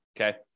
Okay